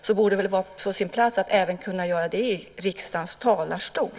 Det borde vara på sin plats att göra det även i riksdagens talarstol.